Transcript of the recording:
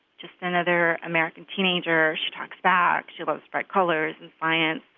just another american teenager. she talks back, she loves bright colors, defiant,